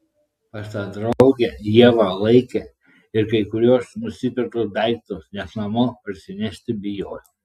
pas tą draugę ieva laikė ir kai kuriuos nusipirktus daiktus nes namo parsinešti bijojo